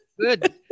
Good